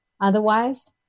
Otherwise